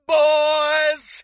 boys